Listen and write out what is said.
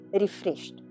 refreshed